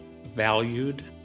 valued